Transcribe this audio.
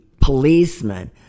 policemen